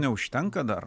neužtenka dar